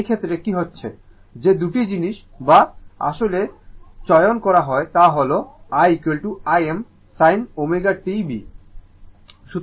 এই ক্ষেত্রে কি হচ্ছে যে দুটি জিনিস যা আসলে চয়ন করা হয় তা হল i Im sin ω t b